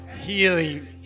Healing